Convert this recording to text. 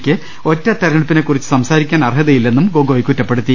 യ്ക്ക് ഒറ്റതിരഞ്ഞെ ടുപ്പിനെക്കുറിച്ച് സംസാരിക്കാൻ അർഹതയില്ലെന്നും ഗൊഗോയ് കുറ്റ പ്പെടുത്തി